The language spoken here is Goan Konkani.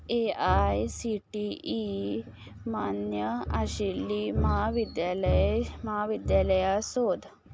A I C T E मान्य आशिल्लीं म्हाविद्यालय म्हाविद्यालयां सोद